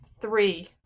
three